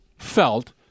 felt